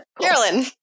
Carolyn